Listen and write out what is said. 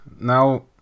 now